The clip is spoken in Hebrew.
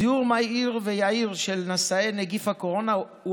זיהוי מהיר ויעיל של נשאי נגיף הקורונה הוא